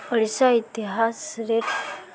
ଓଡ଼ିଶା ଇତିହାସରେ